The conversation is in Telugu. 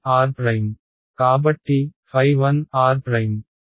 కాబట్టి ɸ1r